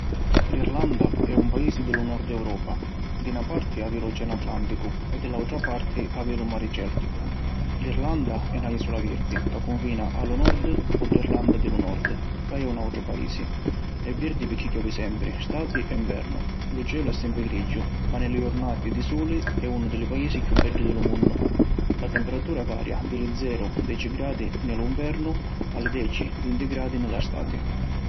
L’Irlanda è un paisi di lu nord Europa. Di na parti havi lu Oceanu Atlanticu e di l’autra parti havi lu Mari Celticu. L’Irlanda è na isula virdi ca cunfina a lu nord cu l’Irlanda di lu Nord ca è un autru paisi. È virdi pirchì chiovi sempri, stati e nvernu. Lu cielu è sempri grigiu ma ni li jurnati di suli è unu di li paisi chiù beddi di lu munnu. La temepratura varia di li zeru - deci gradi ni lu nvernu a li deci - vinti gradi ni la stati.